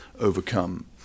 overcome